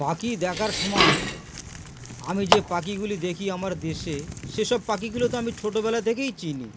পাখি দেখার সময় আমি যে পাখিগুলি দেখি আমার দেশে সেসব পাখিগুলো তো আমি ছোটোবেলা থেকেই চিনি